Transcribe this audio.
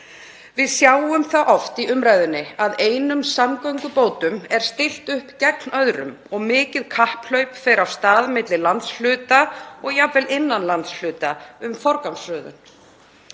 Við sjáum það oft í umræðunni að einum samgöngubótum er stillt upp gegn öðrum og mikið kapphlaup fer af stað milli landshluta og jafnvel innan landshluta um forgangsröðun.